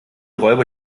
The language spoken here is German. räuber